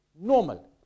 normal